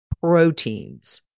proteins